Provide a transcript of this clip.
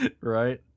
Right